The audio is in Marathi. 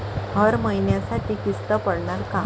हर महिन्यासाठी किस्त पडनार का?